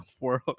world